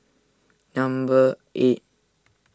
number eight